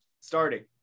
starting